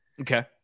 Okay